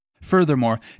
Furthermore